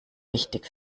wichtig